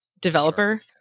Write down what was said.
developer